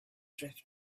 drift